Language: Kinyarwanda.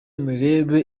murebe